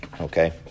okay